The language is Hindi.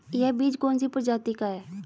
यह बीज कौन सी प्रजाति का है?